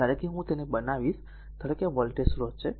ધારો કે હું તેને અહીં બનાવીશ ધારો કે આ r વોલ્ટેજ સ્રોત છે